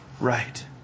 right